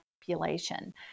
population